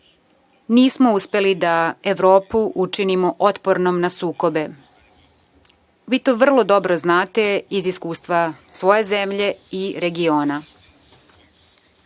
nismo uspeli da Evropu učinimo otpornom na sukobe. Vi to vrlo dobro znate iz iskustva svoje zemlje i regiona. Na